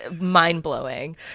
mind-blowing